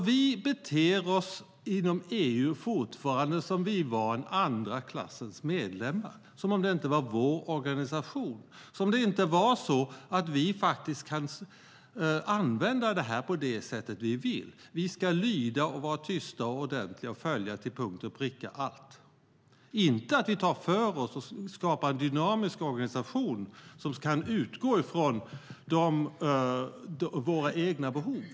Vi beter oss inom EU fortfarande som om vi var en andra klassens medlemmar - som om det inte var vår organisation och som om det inte var så att vi faktiskt kan använda detta på det sätt vi vill. Vi ska lyda, vara tysta och ordentliga och följa allt till punkt och pricka. Vi tar inte för oss och skapar en dynamisk organisation som kan utgå ifrån våra egna behov.